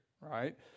right